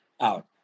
out